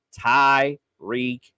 Tyreek